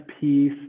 piece